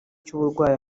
cy’uburwayi